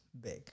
big